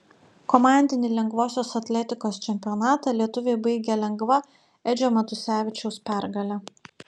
komandinį lengvosios atletikos čempionatą lietuviai baigė lengva edžio matusevičiaus pergale